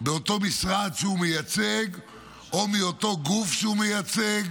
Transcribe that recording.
באותו משרד שהוא מייצג או מאותו גוף שהוא מייצג